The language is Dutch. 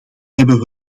hebben